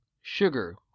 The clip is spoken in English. sugar